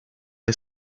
est